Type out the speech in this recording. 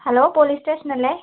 hello police station അല്ലേ